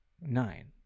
Nine